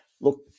Look